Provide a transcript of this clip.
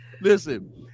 listen